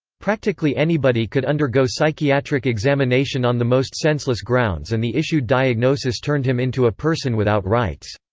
practically anybody could undergo psychiatric examination on the most senseless grounds and the issued diagnosis turned him into a person without rights.